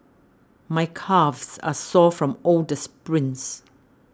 my calves are sore from all the sprints